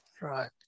right